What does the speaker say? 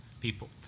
people